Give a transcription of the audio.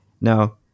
now